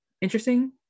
interesting